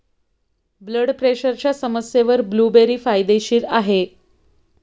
blood प्रेशरच्या समस्येवर blueberry फायदेशीर आहे